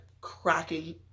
cracking